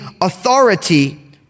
authority